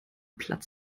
platz